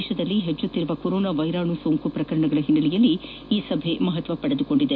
ದೇಶದಲ್ಲಿ ಹೆಚ್ಚುತ್ತಿರುವ corona virus ಪ್ರಕರಣಗಳ ಹಿನ್ನೆಲೆಯಲ್ಲಿ ಈ ಸಭೆ ಮಹತ್ವ ಪಡೆದುಕೊಂಡಿದೆ